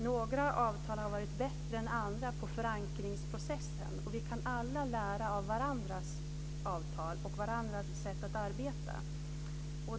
Några avtal har varit bättre än andra på förankringsprocessen, och vi kan alla lära av varandras avtal och av varandras sätt att arbeta.